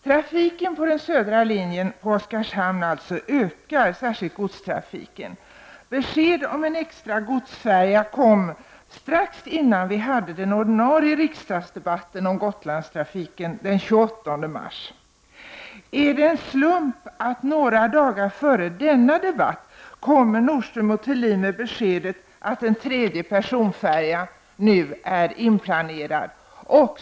Trafiken på den södra linjen, dvs. Oskarshamn, ökar — särskilt godstrafiken.-Besked om en extra godsfärja kom strax innan vi hade den ordinarie riksdagsdebatten om Gotlandstrafiken den 28 mars. Var det en slump att Nordström & Thulin några dagar före denna debatt kom med beskedet att en tredje personfärja var inplanerad?